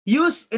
use